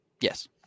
Yes